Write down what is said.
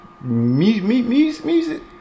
Music